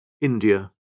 India